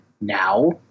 now